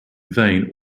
vain